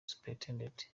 supt